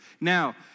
Now